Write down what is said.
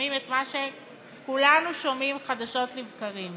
ששומעים את מה שכולנו שומעים חדשות לבקרים: